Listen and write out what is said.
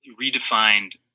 redefined